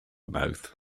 mouth